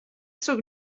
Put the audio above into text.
sur